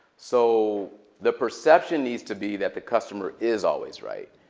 so the perception needs to be that the customer is always right.